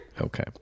Okay